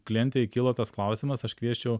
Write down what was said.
klientei kilo tas klausimas aš kviesčiau